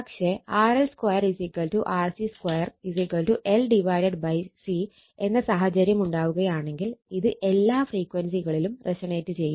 പക്ഷെ RL 2 RC 2 L C എന്ന സാഹചര്യം ഉണ്ടാവുകയാണെങ്കിൽ ഇത് എല്ലാ ഫ്രീക്വൻസികളിലും റെസൊണേറ്റ് ചെയ്യും